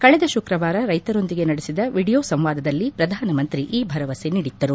ಕಳೆದೆ ಶುಕ್ರವಾರ ರೈತರೊಂದಿಗೆ ನಡೆಸಿದ ವಿಡಿಯೋ ಸಂವಾದದಲ್ಲಿ ಪ್ರಧಾನಮಂತ್ರಿ ಈ ಭರಮೆ ನೀಡಿದ್ದರು